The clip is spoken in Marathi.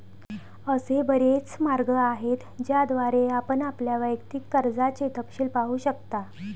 असे बरेच मार्ग आहेत ज्याद्वारे आपण आपल्या वैयक्तिक कर्जाचे तपशील पाहू शकता